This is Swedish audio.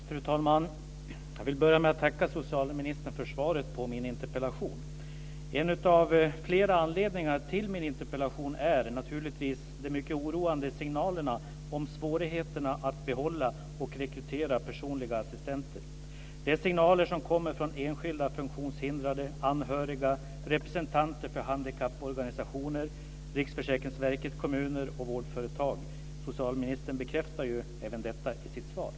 Fru talman! Jag vill börja med att tacka socialministern för svaret på min interpellation. En av flera anledningar till min interpellation är naturligtvis de mycket oroande signalerna om svårigheterna att behålla och rekrytera personliga assistenter. Det är signaler som kommer från enskilda funktionshindrade, anhöriga, representanter för handikapporganisationer, Riksförsäkringsverket, kommuner och vårdföretag. Socialministern bekräftar även detta i sitt svar.